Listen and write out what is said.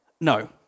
No